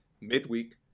midweek